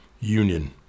union